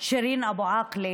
שירין אבו עאקלה,